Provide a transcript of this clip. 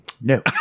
No